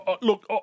look